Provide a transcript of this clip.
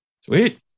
Sweet